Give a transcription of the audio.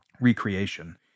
recreation